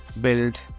build